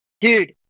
Dude